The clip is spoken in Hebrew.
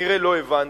וכנראה לא הבנתם,